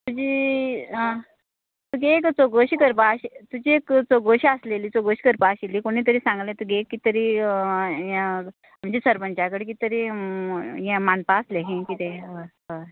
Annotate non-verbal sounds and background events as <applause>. तुजी तुजी एक चवकशी करपाक आशि तुजी एक चवकशी आसलेली चवकशी करपाक आशिल्ली कोणी तरी सांगलें तुगे एक किद तरी <unintelligible> म्हणजे सरपंचा कडेन किद तरी ये मानपा आसले हि किदे हय हय